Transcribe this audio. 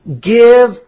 give